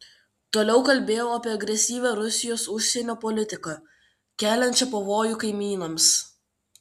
toliau kalbėjau apie agresyvią rusijos užsienio politiką keliančią pavojų kaimynams